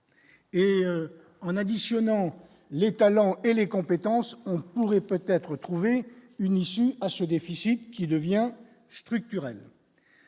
et en additionnant les talents et les compétences pourrait peut-être trouver une issue à ce déficit, qui devient structurel